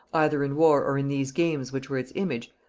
either in war or in these games which were its image,